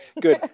good